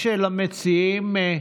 יש למציעים,